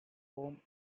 home